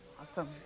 awesome